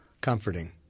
comforting